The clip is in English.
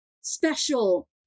special